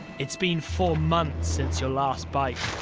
it's been four months since your last bite.